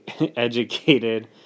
educated